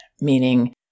Meaning